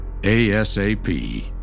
ASAP